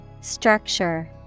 Structure